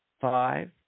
five